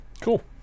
Cool